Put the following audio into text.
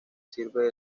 sirve